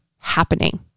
happening